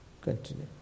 continue